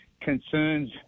concerns